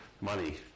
money